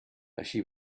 així